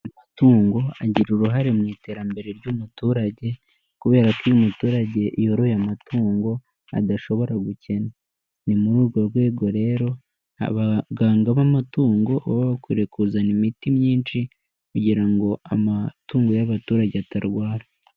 Amatungo agira uruhare mu iterambere ry'umuturage, kubera ko iyo muturage yoroye amatungo adashobora gukena. Ni muri urwo rwego rero abaganga b'amatungo baba bakwiriye kuzana imiti myinshi kugira ngo amatungo y'abaturage atarwara.